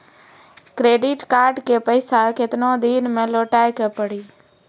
Credit card के पैसा केतना दिन मे लौटाए के पड़ी?